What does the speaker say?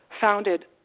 founded